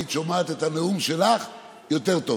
היית שומעת את הנאום שלך יותר טוב,